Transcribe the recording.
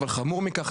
אבל חמור מכך,